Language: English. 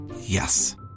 Yes